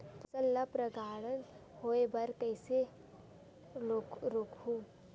फसल ल परागण होय बर कइसे रोकहु?